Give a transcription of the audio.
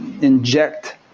inject